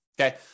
Okay